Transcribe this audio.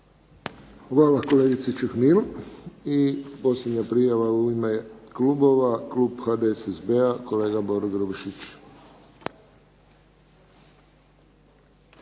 Hvala kolegici Čuhnil. I posljednja prijava u ime klubova. Klub HDSSB kolega Boro Grubišić.